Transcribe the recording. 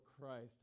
Christ